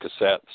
cassettes